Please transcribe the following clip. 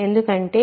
ఎందుకంటే